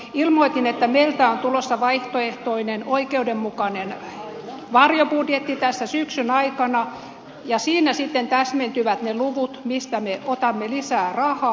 ilmoitin että meiltä on tulossa vaihtoehtoinen oikeudenmukainen varjobudjetti tässä syksyn aikana ja siinä sitten täsmentyvät ne luvut mistä me otamme lisää rahaa